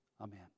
Amen